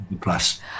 plus